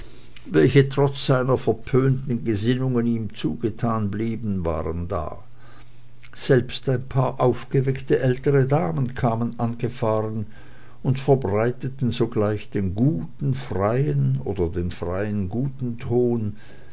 welche trotz seiner verpönten gesinnungen ihm zugetan blieben waren da selbst ein paar aufgeweckte ältere damen kamen angefahren und verbreiteten sogleich den guten freien oder den freien guten ton